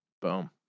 Boom